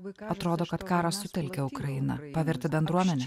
vaikai atrodo kad karas sutelkė ukrainą paversti bendruomene